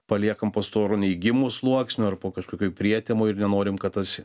paliekam po storu neigimų sluoksniu ar po kažkokiu prietemu ir nenorim kad tas